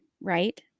right